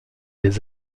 des